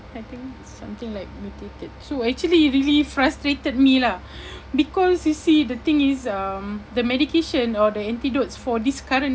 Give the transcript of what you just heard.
I think it's something like mutated so actually it really frustrated me lah because you see the thing is um the medication or the antidotes for this current